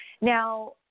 Now